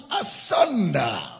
asunder